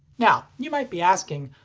now, you might be asking,